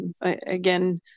Again